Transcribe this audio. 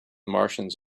martians